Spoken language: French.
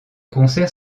concerts